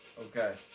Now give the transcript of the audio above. Okay